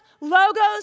Logos